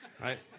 right